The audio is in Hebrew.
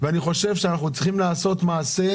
צריכים לעשות מעשה,